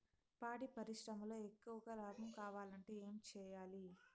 పాడి పరిశ్రమలో ఎక్కువగా లాభం కావాలంటే ఏం చేయాలి?